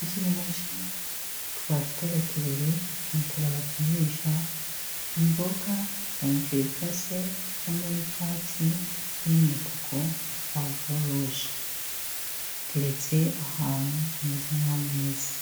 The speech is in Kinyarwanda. Ikirimot wajetare tubiri metero ba pimisha imboga angikase